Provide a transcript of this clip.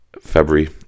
February